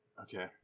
Okay